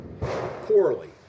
poorly